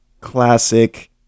classic